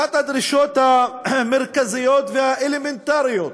אחת הדרישות המרכזיות והאלמנטריות